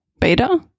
beta